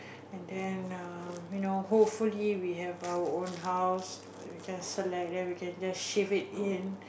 and then err you know hopefully we have our own house that we can select then we can just shift it in